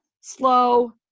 Slow